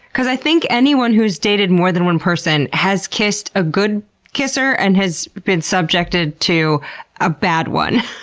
cause i think anyone who's dated more than one person has kissed a good kisser and has been subjected to a bad one.